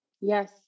Yes